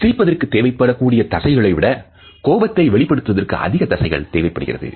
சிரிப்பதற்கு தேவைப்படக்கூடிய தசைகளை விட கோபத்தை வெளிப்படுத்துவதற்கு அதிக தசைகள் தேவைப்படுகிறது